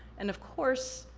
and of course,